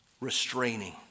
restraining